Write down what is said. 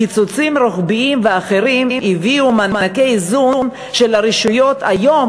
קיצוצים רוחביים ואחרים הביאו את מענקי האיזון של הרשויות היום,